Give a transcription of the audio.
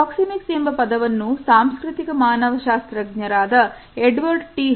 proxemics ಎಂಬ ಪದವನ್ನು ಸಾಂಸ್ಕೃತಿಕ ಮಾನವಶಾಸ್ತ್ರಜ್ಞರ Edward T